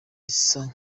isa